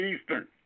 Eastern